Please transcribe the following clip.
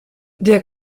der